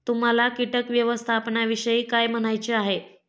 तुम्हाला किटक व्यवस्थापनाविषयी काय म्हणायचे आहे?